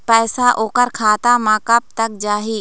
पैसा ओकर खाता म कब तक जाही?